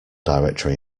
directory